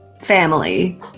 family